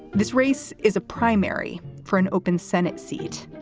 this race is a primary for an open senate seat.